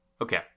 Okay